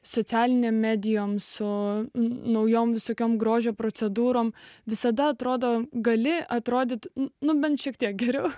socialinė medijoms su naujom visokiom grožio procedūroms visada atrodo gali atrodyti na bent šiek tiek geriau